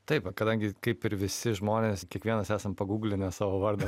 taip kadangi kaip ir visi žmonės kiekvienas esam paguglinę savo vardą